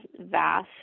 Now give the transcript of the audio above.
vast